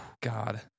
God